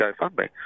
GoFundMe